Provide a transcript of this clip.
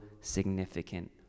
significant